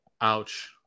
Ouch